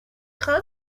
خواهم